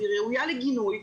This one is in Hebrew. היא ראויה לגינוי.